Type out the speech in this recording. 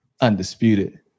undisputed